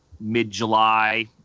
mid-July